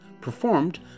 performed